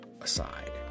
Aside